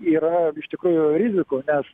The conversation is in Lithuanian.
yra iš tikrųjų rizikų nes